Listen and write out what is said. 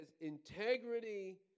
integrity